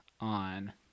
on